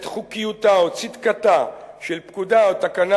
את חוקיותה או צדקתה של פקודה או תקנה